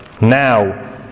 Now